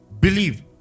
Believe